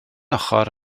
ochr